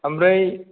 ओमफ्राय